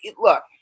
look